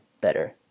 better